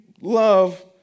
love